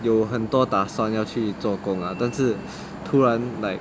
有很多打算要去做工 ah 但是突然 like